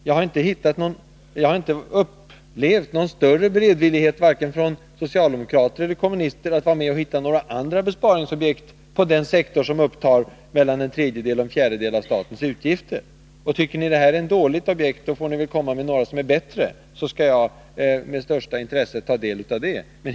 Jag har inte märkt någon större beredvillighet från varken socialdemokrater eller kommunister att hitta andra besparingsobjekt på den sektor som upptar mellan en tredjedel och en fjärdedel av statens utgifter. Om ni tycker att detta är ett dåligt objekt, får ni väl föreslå några som ni tycker är bättre. Jag skall med stort intresse ta del av dem.